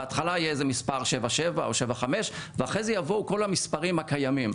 בהתחלה יהיה מספר 77 או 75 ואחרי זה יבואו כל המספרים הקיימים.